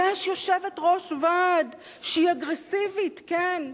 יש יושבת-ראש ועד שהיא אגרסיבית, כן,